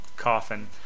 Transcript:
Coffin